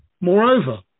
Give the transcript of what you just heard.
Moreover